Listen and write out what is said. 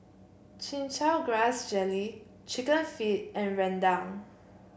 Chin Chow Grass Jelly chicken feet and Rendang